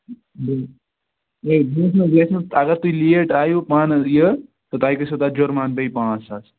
ہے بیٚیہِ گژھہِ نہٕ اَگر تُہۍ لیٹ آیِو پانہٕ یہِ تہٕ تۄہہِ گٔژھِو تَتھ جُرمان بیٚیہِ پانٛژھ ساس